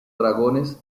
dragones